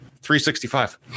365